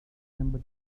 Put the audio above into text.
remember